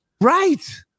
right